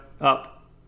up